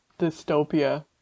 dystopia